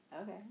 okay